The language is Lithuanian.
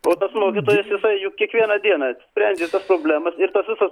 o tas mokytojas jisai juk kiekvieną dieną sprendžia tas problemas ir tos visos